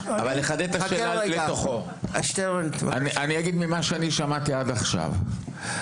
השאלה: ממה שאני שמעתי עד עכשיו,